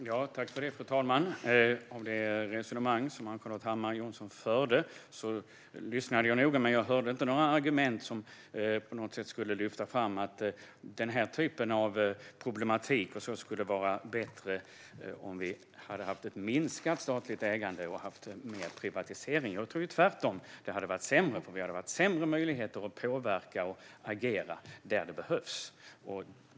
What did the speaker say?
Fru talman! Jag lyssnade noga på det resonemang som Ann-Charlotte Hammar Johnsson förde, men jag hörde inga argument som på något sätt skulle lyfta fram att denna typ av problematik hade varit mindre med minskat statligt ägande och mer privatisering. Tvärtom tror jag att det hade varit sämre, för då hade vi haft mindre möjligheter att påverka och agera där det behövs.